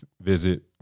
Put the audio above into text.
visit